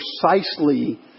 Precisely